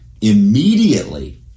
Immediately